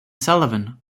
sullivan